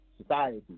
society